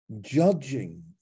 judging